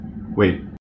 Wait